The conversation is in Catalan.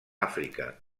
àfrica